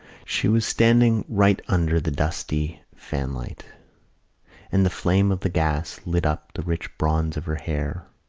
she was standing right under the dusty fanlight and the flame of the gas lit up the rich bronze of her hair,